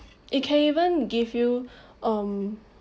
it can even give you um